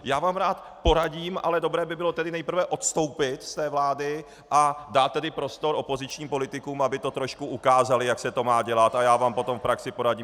Já vám rád poradím, ale dobré by bylo nejprve odstoupit z vlády a dát prostor opozičním politikům, aby to trošku ukázali, jak se to má dělat, a já vám potom v praxi poradím.